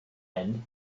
end